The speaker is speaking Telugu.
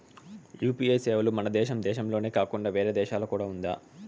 యు.పి.ఐ సేవలు మన దేశం దేశంలోనే కాకుండా వేరే దేశాల్లో కూడా ఉందా?